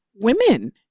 women